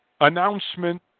announcement